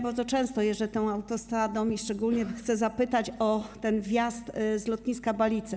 Bardzo często jeżdżę tą autostradą i szczególnie chcę zapytać o wjazd z lotniska Balice.